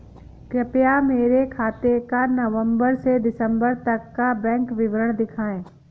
कृपया मेरे खाते का नवम्बर से दिसम्बर तक का बैंक विवरण दिखाएं?